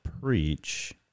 preach